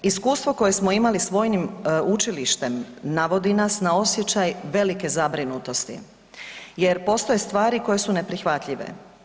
Iskustvo koje smo imali s Vojnim učilištem navodi nas osjećaj velike zabrinutosti jer postoje stvari koje su neprihvatljive.